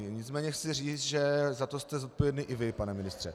Nicméně chci říci, že za to jste zodpovědný i vy, pane ministře.